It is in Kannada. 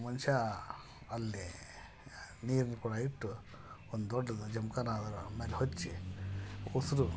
ಮನುಷ್ಯ ಅಲ್ಲಿ ನೀರಿನ ಕೊಡ ಇಟ್ಟು ಒಂದು ದೊಡ್ಡದು ಜಮಖಾನ ಅದರ ಮೇಲೆ ಹೊದಿಸಿ ಹೊಸದು